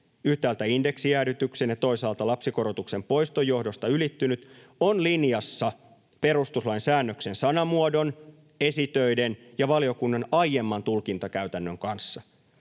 yhtäältä indeksijäädytyksen ja toisaalta lapsikorotuksen poiston johdosta ylittynyt, on linjassa perustuslain säännöksen sanamuodon, esitöiden ja valiokunnan aiemman tulkintakäytännön kanssa.